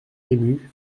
émue